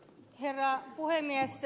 herra puhemies